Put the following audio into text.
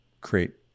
create